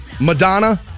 Madonna